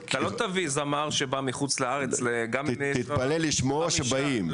אתה לא תביא זמר שבא מחו"ל --- תתפלא לשמוע שבאים,